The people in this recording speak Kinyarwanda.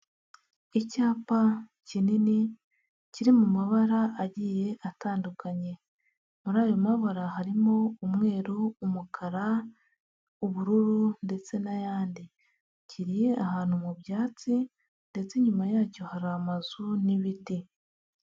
Icyapa kinini kiri mu mabara agiye atandukanye, muri ayo mabara harimo umweru, umukara, ubururu ndetse n'ayandi, kiri ahantu mu byatsi ndetse inyuma yacyo hari amazu n'ibiti.